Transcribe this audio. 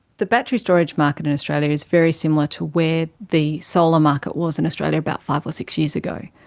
the battery storage market in australia is very similar to where the solar market was in australia about five or six years ago.